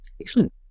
Excellent